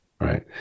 right